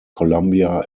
columbia